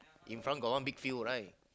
in front got one big field right